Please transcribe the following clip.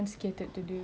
but oo